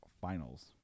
Finals